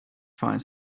find